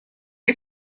qué